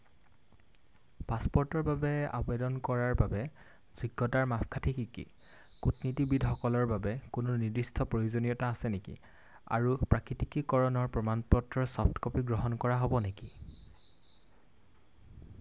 পাছপোৰ্টৰ বাবে আবেদন কৰাৰ বাবে যোগ্যতাৰ মাপকাঠি কি কি কূটনীতিবিদসকলৰ বাবে কোনো নিৰ্দিষ্ট প্ৰয়োজনীয়তা আছে নেকি আৰু প্ৰাকৃতিকীকৰণৰ প্ৰমাণপত্ৰৰ চফ্টক'পি গ্ৰহণ কৰা হ'ব নেকি